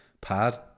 pad